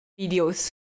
videos